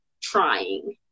trying